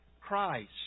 Christ